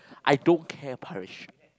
I don't care Parish